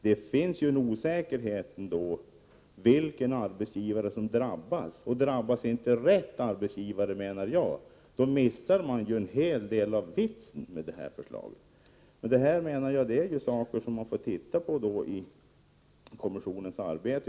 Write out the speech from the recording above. Det finns ändå en osäkerhet i fråga om vilken arbetsgivare som drabbas, och drabbas inte rätt arbetsgivare, då menar jag att man missar en hel del av vitsen med förslaget. Det här är saker som kommissionen får titta på i sitt arbete.